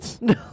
No